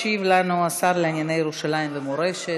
ישיב לנו השר לירושלים ומורשת,